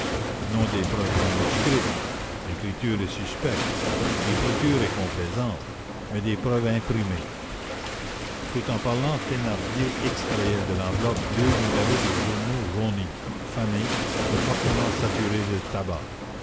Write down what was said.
non des preuves manuscrites l'écriture est suspecte l'écriture est complaisante mais des preuves imprimées tout en parlant thénardier extrayait de l'enveloppe deux numéros de journaux jaunis fanés et fortement saturés de tabac